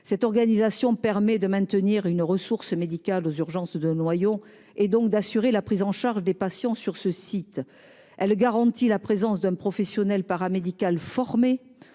Cette organisation permet de maintenir une ressource médicale aux urgences de Noyon, et donc d'assurer la prise en charge des patients sur ce site. Elle garantit la présence d'un professionnel paramédical formé,